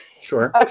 Sure